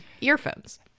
earphones